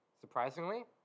surprisingly